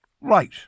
right